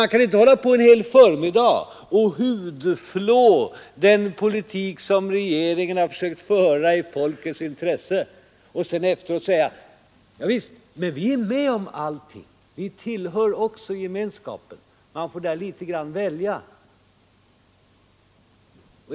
Man kan inte hålla på att under en hel förmiddag hudflänga den politik som regeringen har försökt föra i folkets intresse och sedan efteråt säga: Ja visst är vi med om allting; vi tillhör också gemenskapen! Där måste man välja.